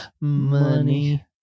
Money